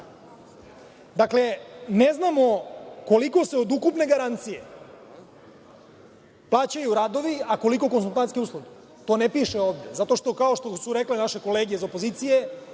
Dakle, ne znamo koliko se od ukupne garancije plaćaju radovi, a koliko konsultantske usluge. To ne piše ovde, zato što kao što su rekli naše kolege iz opozicije